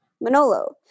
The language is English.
Manolo